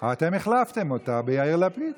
אתם החלפתם אותה ביאיר לפיד.